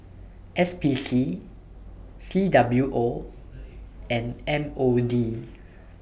S P C C W O and M O D